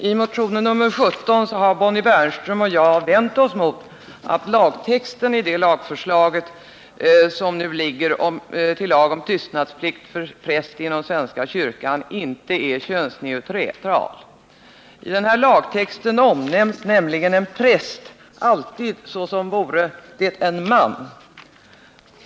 Herr talman! I motionen 17 har Bonnie Bernström och jag vänt oss mot att lagtexten i förslaget till lag om tystnadsplikt för präst inom svenska kyrkan inte är könsneutral. I lagtexten omnämns nämligen en präst alltid såsom vore det en man.